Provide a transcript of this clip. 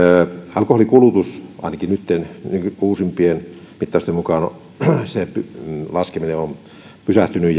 kulutuksen laskeminen ainakin nytten uusimpien mittausten mukaan on pysähtynyt